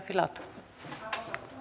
arvoisa puhemies